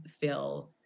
feel